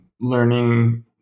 learning